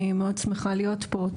אני מאוד שמחה להיות פה,